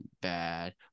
bad